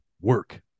work